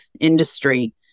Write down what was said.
industry